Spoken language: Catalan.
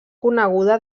coneguda